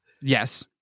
Yes